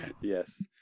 Yes